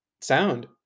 sound